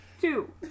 Two